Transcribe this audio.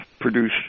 produce